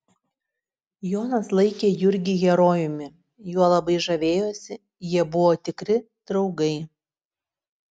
jonas laikė jurgį herojumi juo labai žavėjosi jie buvo tikri draugai